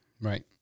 Right